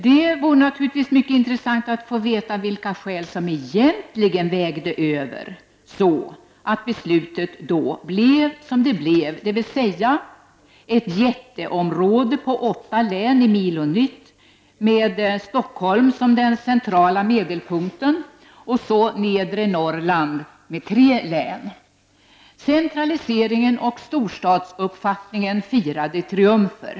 Det vore naturligtvis mycket intressant att få veta vilka skäl som egentligen vägde över, som alltså gjorde att beslutet blev som det blev — dvs. ett jätteområde omfattande åtta län i milo Mitt med Stockholm som den centrala medelpunkten och Nedre Norrland med tre län. Centraliseringen och storstadsuppfattningen firade triumfer!